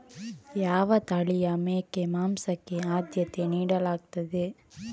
ಯಾವ ತಳಿಯ ಮೇಕೆ ಮಾಂಸಕ್ಕೆ ಆದ್ಯತೆ ನೀಡಲಾಗ್ತದೆ?